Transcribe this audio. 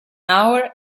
hour